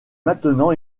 maintenant